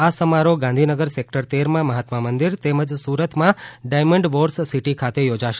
આ સમારોહ ગાંધીનગર સેકટર તેરમાં મહાત્મા મંદિર તેમજ સુરતમાં ડાયમંડ બોર્સ સિટી ખાતે યોજાશે